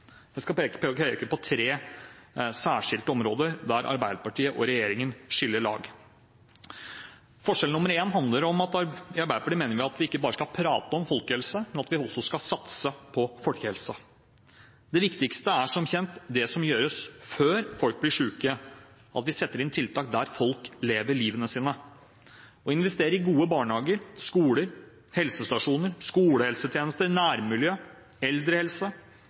Jeg skal peke på tre særskilte områder der Arbeiderpartiet og regjeringen skiller lag. Forskjell nr. 1 handler om at vi i Arbeiderpartiet mener at vi ikke bare skal prate om folkehelse, men at vi også skal satse på folkehelse. Det viktigste er som kjent det som gjøres før folk blir syke, og at vi setter inn tiltak der folk lever livet sitt. Å investere i gode barnehager, skoler, helsestasjoner, skolehelsetjeneste, nærmiljø og eldrehelse